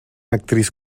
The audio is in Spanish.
actriz